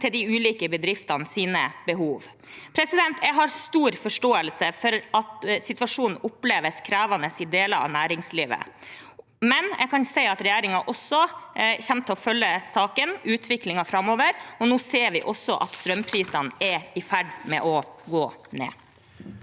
de ulike bedriftenes behov. Jeg har stor forståelse for at situasjonen oppleves krevende i deler av næringslivet, men jeg kan si at regjeringen kommer til å følge saken og utviklingen framover, og nå ser vi også at strømprisene er i ferd med å gå ned.